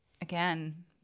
Again